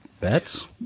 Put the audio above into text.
bets